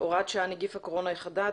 (הוראת שעה נגיף הקורונה החדש),